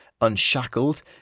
unshackled